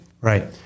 Right